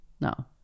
no